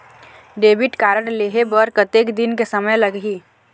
Debit card लेहे बर कतेक दिन के समय लगही?